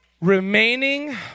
Remaining